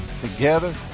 Together